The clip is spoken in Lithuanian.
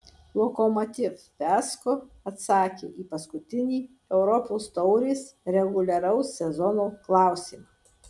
lokomotiv fiasko atsakė į paskutinį europos taurės reguliaraus sezono klausimą